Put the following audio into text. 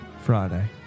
Friday